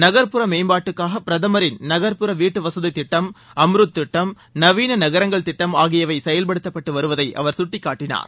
நகர்ப்புற மேம்பாட்டுக்காக பிரதமரின் நகர்ப்புற வீட்டுவசதித் திட்டம் அம்ருத் திட்டம் நவீன நகரங்கள் திட்டம் ஆகியவை செயல்படுத்தப்பட்டு வருவதை அவர் சுட்டிக்காட்டினார்